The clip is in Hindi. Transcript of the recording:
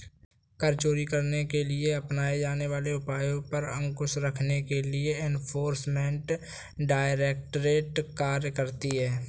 कर चोरी करने के लिए अपनाए जाने वाले उपायों पर अंकुश रखने के लिए एनफोर्समेंट डायरेक्टरेट कार्य करती है